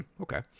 Okay